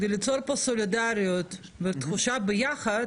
כדי ליצור פה סולידריות ותחושת ביחד